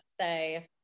say